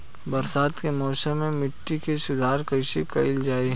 बरसात के मौसम में मिट्टी के सुधार कइसे कइल जाई?